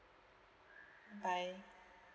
bye